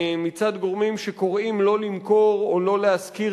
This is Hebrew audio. מצד גורמים שקוראים לא למכור או לא להשכיר